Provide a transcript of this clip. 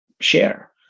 share